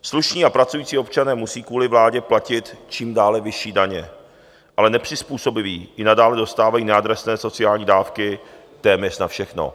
Slušní a pracující občané musí kvůli vládě platit čím dále vyšší daně, ale nepřizpůsobiví i nadále dostávají neadresné sociální dávky téměř na všechno.